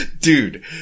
Dude